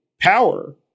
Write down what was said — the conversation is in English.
power